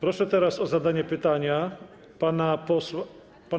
Proszę o zadanie pytania pana posła.